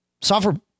software